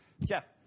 Jeff